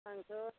आंथ'